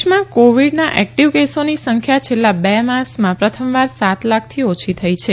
Covid દેશ દેશમાં કોવીડના એકટીવ કેસોની સંખ્યા છેલ્લા બે માસમાં પ્રથમવાર સાત લાખથી ઓછી થઇ છે